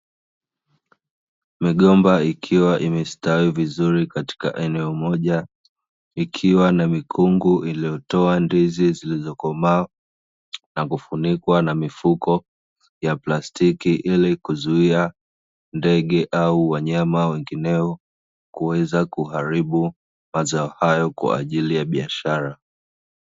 Migomba ikiwa imestawi vizuri katika eneo moja. Ikiwa na mikungu iliyotoa ndizi zilizokomaa na kufunikwa na mifuko ya plastiki, ilikuzuia ndege au wanyama wengineo kuweza kuharibu mazao hayo kwa ajili ya biashara.